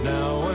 Now